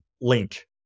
link